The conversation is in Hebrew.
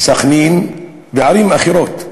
סח'נין וערים אחרות,